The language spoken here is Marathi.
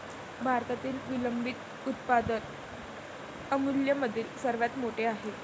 भारतातील विलंबित उत्पादन अमूलमधील सर्वात मोठे आहे